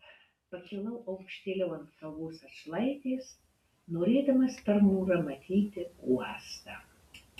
pakilau aukštėliau ant kalvos atšlaitės norėdamas per mūrą matyti uostą